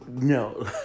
no